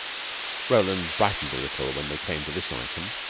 roland brightened a little when they came to this item.